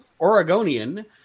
Oregonian